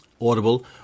Audible